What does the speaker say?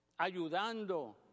ayudando